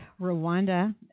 Rwanda